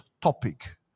topic